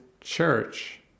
church